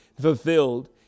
fulfilled